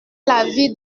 l’avis